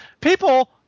People